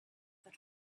that